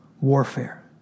warfare